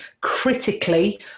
critically